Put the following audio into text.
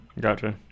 Gotcha